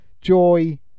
Joy